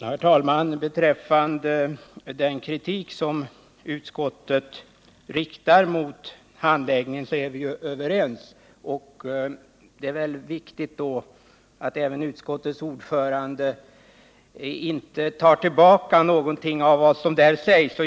Herr talman! Beträffande den kritik som utskottet riktar mot handläggningen av detta ärende är vi överens. Därför är det viktigt att utskottets ordförande inte tar tillbaka något av vad som sägs i betänkandet.